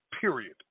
period